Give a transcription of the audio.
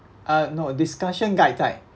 uh no discussion guide guide